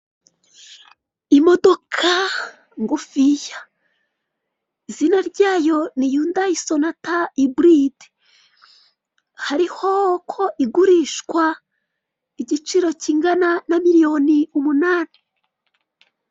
Imodoka ngufiya izina ryayo ni yundayi sonata iburide, hariho ko igurishwa igiciro kingana na miliyoni umunani.